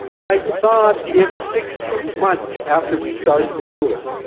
i thought if six months after we started the tour,